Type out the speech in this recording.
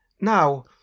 Now